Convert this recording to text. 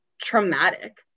traumatic